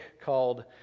called